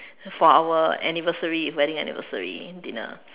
for our anniversary our wedding anniversary dinner